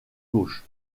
gauche